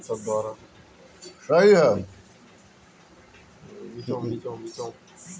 सैन्य बजट, सेना अउरी रक्षा से जुड़ल मामला के देखे खातिर बजट पास कईल जात हवे